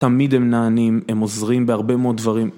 תמיד הם נענים, הם עוזרים בהרבה מאוד דברים.